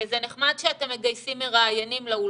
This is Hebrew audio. זה נחמד שאתם מגייסים מראיינים לאולפנים,